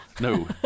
no